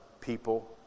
people